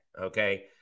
Okay